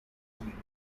benjamin